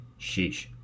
sheesh